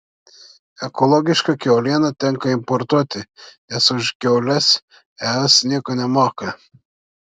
ekologišką kiaulieną tenka importuoti nes už kiaules es nieko nemoka